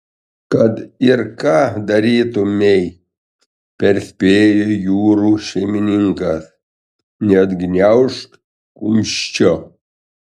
kad ir ką darytumei perspėjo jūrų šeimininkas neatgniaužk kumščio